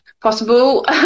possible